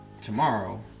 tomorrow